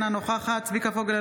אינה נוכחת צביקה פוגל,